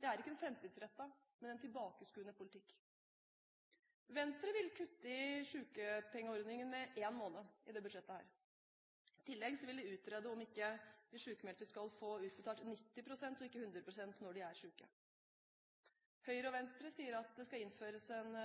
Det er ikke en framtidsrettet, men en tilbakeskuende politikk. Venstre vil i dette budsjettet kutte i sykepengeordningen med én måned. I tillegg vil de utrede om de sykemeldte skal få utbetalt 90 pst. – ikke 100 pst. – når de er syke. Høyre og Venstre sier at det skal innføres en